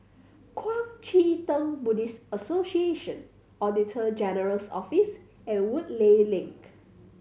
Kuang Chee Tng Buddhist Association Auditor General's Office and Woodleigh Link